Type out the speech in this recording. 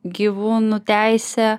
gyvūnų teisė